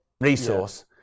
resource